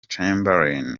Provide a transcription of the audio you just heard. chamberlain